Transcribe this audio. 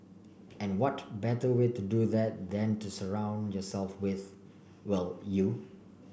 and what better way to do that than to surround yourself with well you